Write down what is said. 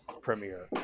premiere